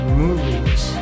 movies